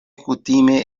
kutime